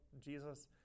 Jesus